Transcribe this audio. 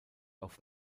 auf